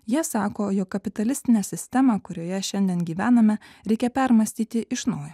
jie sako jog kapitalistinę sistemą kurioje šiandien gyvename reikia permąstyti iš naujo